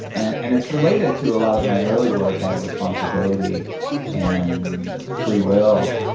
and and it's related to a lot of my early work on responsibility and free will.